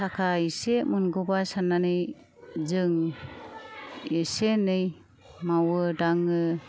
थाखा एसे मोनगौबा साननानै जों एसे एनै मावयो दाङो